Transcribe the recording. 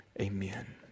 Amen